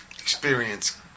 experience